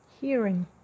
Hearing